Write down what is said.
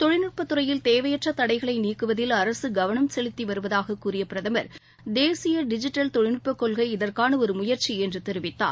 தொழில்நுட்பத் துறையில் தேவையற்றதடைகளைநீக்குவதில் அரசுகவனம் சுசெலுத்திவருவதாகக் கூறியபிரதமர் தேசியடிஜிட்டல் தொழில்நுட்பக் கொள்கை இதற்கானஒருமுயற்சிஎன்றுதெரிவித்தார்